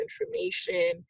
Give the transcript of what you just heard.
information